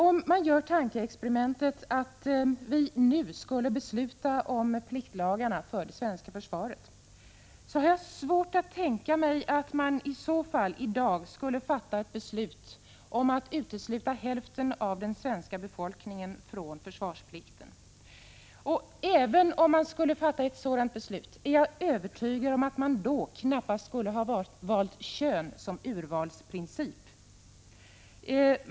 Om man gör tankeexperimentet att vi nu skulle fatta beslut om pliktlagarna för det svenska försvaret, har jag svårt att tänka mig att vi i dag skulle fatta beslut om att utesluta hälften av den svenska befolkningen från försvarsplikten. Även om vi skulle fatta ett sådant beslut är jag övertygad om att man då knappast skulle ha valt kön som urvalsprincip.